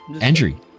Andrew